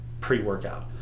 pre-workout